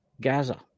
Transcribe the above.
Gaza